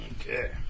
Okay